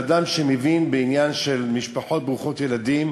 אדם שמבין בעניין של משפחות ברוכות ילדים